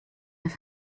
have